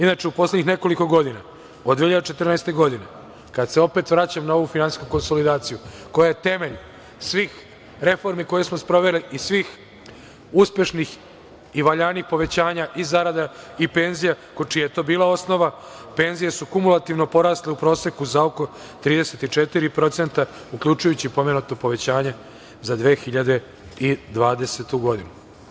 Inače, u poslednjih nekoliko godina, od 2014. godine, kada se opet vraćam na ovu finansijsku konsolidaciju koja je temelj svih reformi koje smo sproveli i svih uspešnih i valjanih povećanja i zarada i penzija, čija je to bila osnova, penzije su kumulativno porasle u proseku za oko 34%, uključujući pomenuto povećanje za 2020. godinu.